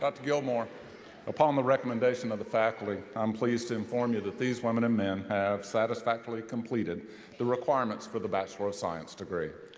ah gilmour, upon the recommendation of the faculty, i'm pleased to inform you that these women and men have satisfactorily completed the requirements for the bachelor of science degree.